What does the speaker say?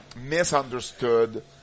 misunderstood